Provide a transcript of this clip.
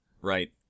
right